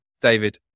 David